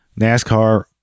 NASCAR